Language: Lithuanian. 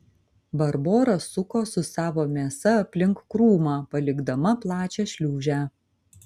barbora suko su savo mėsa aplink krūmą palikdama plačią šliūžę